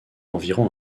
environ